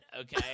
Okay